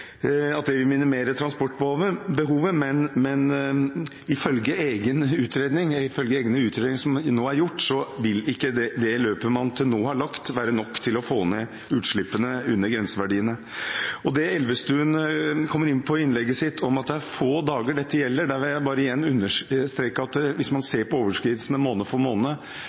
at dette vil minimere transportbehovet. Men ifølge egne utredninger som nå er gjort, vil ikke det løpet man har lagt til nå, være nok til å få ned utslippene, under grenseverdiene. Elvestuen kommer inn på i innlegget sitt at det bare er få dager dette gjelder. Jeg vil understreke at hvis man ser på overskridelsene av disse grenseverdiene måned for måned,